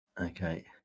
Okay